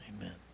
amen